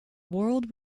world